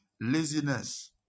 Laziness